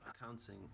Accounting